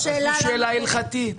זו שאלה הלכתית.